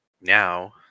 now